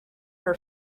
her